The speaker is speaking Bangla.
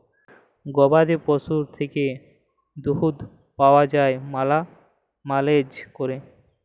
গবাদি পশুর থ্যাইকে দুহুদ পাউয়া যায় ম্যালা ম্যালেজ ক্যইরে